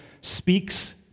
speaks